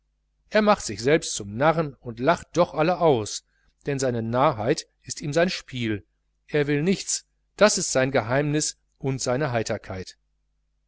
er macht sich selbst zum narren und lacht doch alle aus denn seine narrheit ist ihm sein spiel er will nichts das ist sein geheimnis und seine heiterkeit